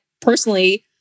personally